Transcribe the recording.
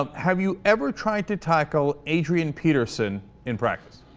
um have you ever tried to tackle adrian peterson in practice